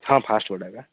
ହଁ ଫାଷ୍ଟଫୁଡ଼୍ ଏକା